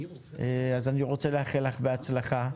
אז אני רוצה לאחל לך בהצלחה.